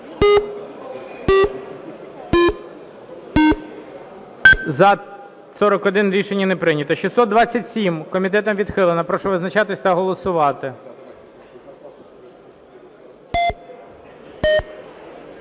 За-41 Рішення не прийнято. 627-а. Комітетом відхилена. Прошу визначатись та голосувати.